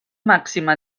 màxima